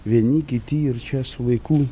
vieni kit ir čia su laiku